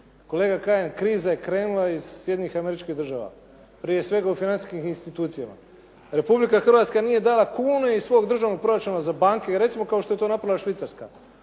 Kolega Kajin, kriza je krenula iz Sjedinjenih Američkih Država, prije svega u financijskim institucijama. Republika Hrvatska nije dala kune iz svog državnog proračuna za banke recimo kao što je to napravila Švicarska